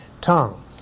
tongue